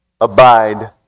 abide